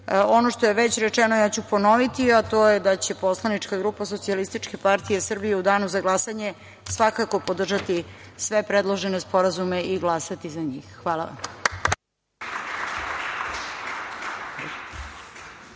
što je već rečeno ja ću ponoviti, a to je da će Poslanička grupa SPS u danu za glasanje svakako podržati sve predložene sporazume i glasati za njih. Hvala vam.